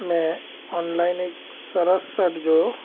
મેં ઓનલાઈન એક સરસ સટ જોયો